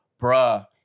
Bruh